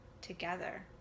together